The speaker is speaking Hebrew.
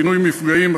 פינוי מפגעים,